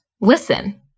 listen